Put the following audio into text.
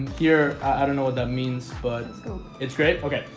here, i don't know what that means. but it's great. ok,